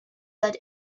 let